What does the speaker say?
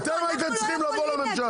אתם הייתם צריכים לבוא לממשלה.